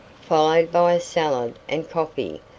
followed by a salad and coffee,